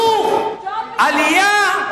מה יצא לעם היהודי מזה, חינוך, עלייה?